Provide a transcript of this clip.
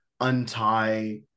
untie